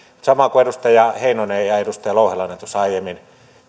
samoin kuin edustaja heinonen ja edustaja louhelainen tuossa aiemmin